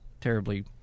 terribly